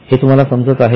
हे तुम्हाला समजत आहे का